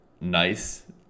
nice